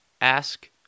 Ask